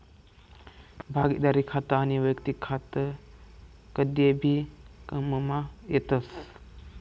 भागिदारीनं खातं आनी वैयक्तिक खातं कदय भी काममा येतस